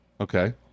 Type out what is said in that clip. Okay